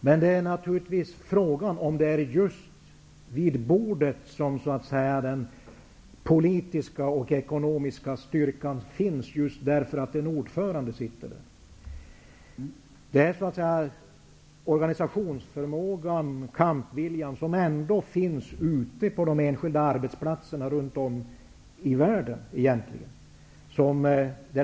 Men frågan är om den politiska och ekonomiska styrkan finns just vid bordet på grund av att en ordförande sitter där. Den avgörande kraften finns egentligen där organisationsförmågan och kampviljan finns, dvs. ute på de enskilda arbetsplatserna runt om i världen.